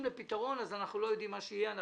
אנחנו לא יודעים מה יהיה,